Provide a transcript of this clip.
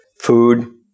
food